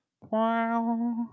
Wow